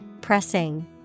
pressing